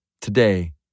today